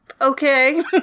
okay